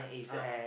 (uh huh)